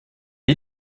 est